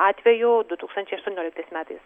atvejų du tūkstančiai aštuonioliktais metais